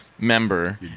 member